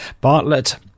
Bartlett